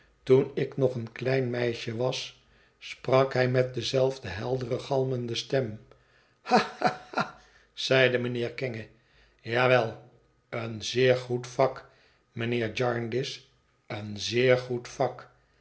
toen ik nog een klein meisje was sprak hij met dezelfde heldere galmende stem ha ha zeide mijnheer kenge ja wel een zeer goed vak mijnheer jarndyce een zeer goed vak